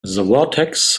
vertex